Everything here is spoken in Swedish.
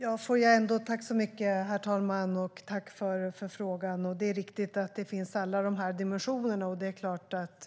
Herr talman! Tack för frågan, Lars Tysklind! Det är riktigt att alla dessa dimensioner finns.